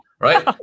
right